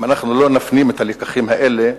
אם אנחנו לא נפנים את הלקחים האלה,